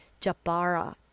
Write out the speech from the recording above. Jabara